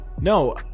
no